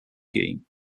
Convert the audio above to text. game